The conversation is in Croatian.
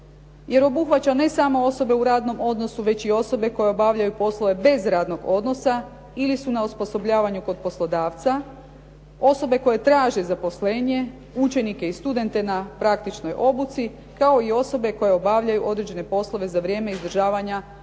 Jer obuhvaća ne samo osobe u radnom odnosu, već i osobe koje obavljaju poslove bez radnog odnosa ili su na osposobljavanju kod poslodavca, osobe koje traže zaposlenje, učenike i studente na praktičnoj obuci, kao i osobe koje obavljaju određene poslove za vrijeme izdržavanja kazni